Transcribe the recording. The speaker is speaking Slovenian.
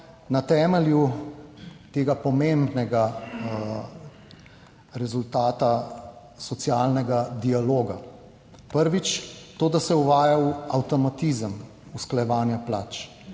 na temelju tega pomembnega rezultata socialnega dialoga. Prvič to, da se uvaja avtomatizem usklajevanja plač;